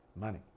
Money